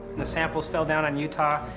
the samples fell down on utah,